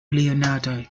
leonardo